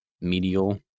medial